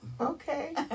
Okay